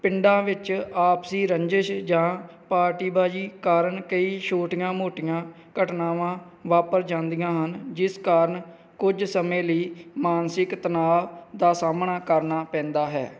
ਪਿੰਡਾਂ ਵਿੱਚ ਆਪਸੀ ਰੰਜਿਸ਼ ਜਾਂ ਪਾਰਟੀਬਾਜ਼ੀ ਕਾਰਨ ਕਈ ਛੋਟੀਆਂ ਮੋਟੀਆਂ ਘਟਨਾਵਾਂ ਵਾਪਰ ਜਾਂਦੀਆਂ ਹਨ ਜਿਸ ਕਾਰਨ ਕੁਝ ਸਮੇਂ ਲਈ ਮਾਨਸਿਕ ਤਣਾਅ ਦਾ ਸਾਹਮਣਾ ਕਰਨਾ ਪੈਂਦਾ ਹੈ